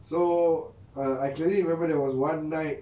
so err I clearly remember there was one night